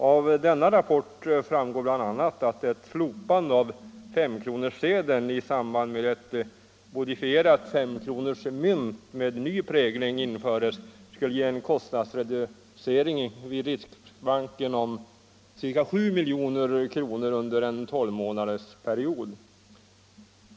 Av rapporten framgår bl.a. att ett slopande av S-kronorssedeln i samband med att ett modifierat S-kronorsmynt med ny prägling införs skulle ge en kostnadsreducering i riksbanken på ca 7 milj.kr. under en tolvmånadersperiod.